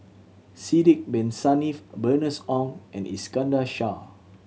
Sidek Bin Saniff Bernice Ong and Iskandar Shah